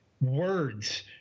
Words